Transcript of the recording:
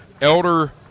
Elder